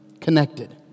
connected